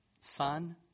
sun